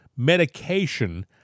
medication